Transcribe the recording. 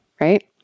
right